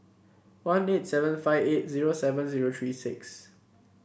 one eight seven five eight zero seven zero three six